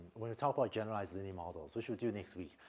when we talk about generalized linear models, which we'll do next week,